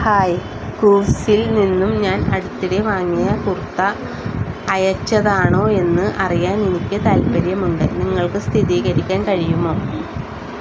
hi കൂവ്സിൽ നിന്നും ഞാൻ അടുത്തിടെ വാങ്ങിയ കുർത്ത അയച്ചതാണോ എന്ന് അറിയാൻ എനിക്കു താൽപ്പര്യമുണ്ട് നിങ്ങൾക്കു സ്ഥിരീകരിക്കാൻ കഴിയുമോ